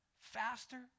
faster